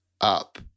up